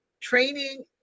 training